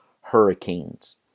hurricanes